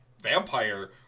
Vampire